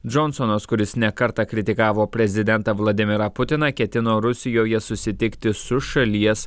džonsonas kuris ne kartą kritikavo prezidentą vladimirą putiną ketino rusijoje susitikti su šalies